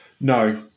No